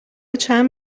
چند